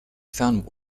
found